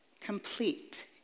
complete